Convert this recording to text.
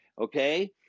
Okay